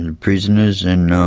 and prisoners, and